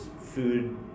food